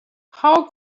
how